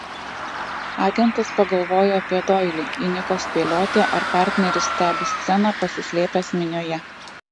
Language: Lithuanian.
agentas pagalvojo apie doilį įniko spėlioti ar partneris stebi sceną pasislėpęs minioje